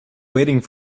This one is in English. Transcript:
waiting